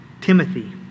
Timothy